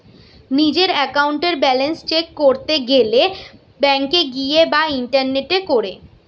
নিজের একাউন্টের balance check করতে গেলে ব্যাংকে গিয়ে বা ইন্টারনেটে করে